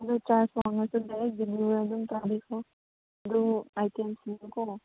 ꯑꯗꯨ ꯆꯥꯔꯖ ꯋꯥꯡꯉꯁꯨ direct deliver ꯑꯗꯨꯝ ꯇꯧꯕꯤꯈ꯭ꯔꯣ ꯑꯗꯨ ꯑꯥꯏꯇꯦꯝꯁꯤꯡꯗꯨꯀꯣ